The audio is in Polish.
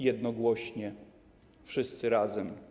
Jednogłośnie, wszyscy razem.